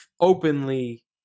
openly